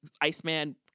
iceman